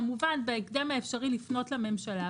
כמובן בהקדם האפשרי לפנות לממשלה,